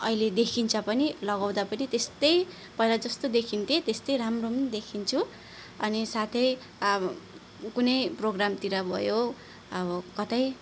अहिले देखिन्छ पनि लगाउँदा पनि त्यस्तै पहिला जस्तो देखिन्थे त्यस्तै राम्रो देखिन्छु अनि साथै कुनै प्रोग्रामतिर भयो अब कतै